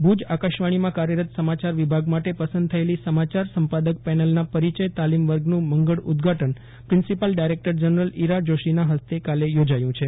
ભૂજ આકાશવાણીમાં કાર્યરત સમાચાર વિભાગ માટે પસંદ થયેલી સમાચાર સંપાદક પેનલના પરિચય તાલીમ વર્ગનું મંગળ ઉદઘાટન પ્રિન્સિપાલ ડાયરેકટર જનરલ ઇરા જોશીના હસ્તે કાલે યોજાયું છે